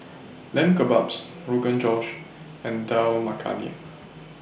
Lamb Kebabs Rogan Josh and Dal Makhani